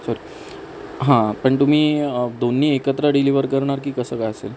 sorry हां पण तुम्ही दोन्ही एकत्र डिलीवर करणार की कसं काय असेल